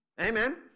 Amen